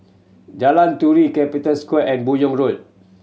Jalan Turi Capital Square and Buyong Road